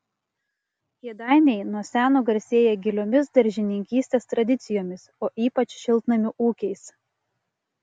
kėdainiai nuo seno garsėja giliomis daržininkystės tradicijomis o ypač šiltnamių ūkiais